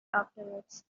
afterwards